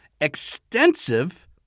extensive